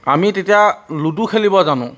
আমি তেতিয়া লুডু খেলিব জানোঁ